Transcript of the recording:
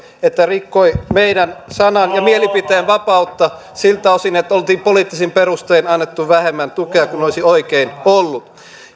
että se rikkoi meidän sanan ja mielipiteenvapautta siltä osin että oltiin poliittisin perustein annettu vähemmän tukea kuin olisi oikein ollut